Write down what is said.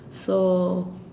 so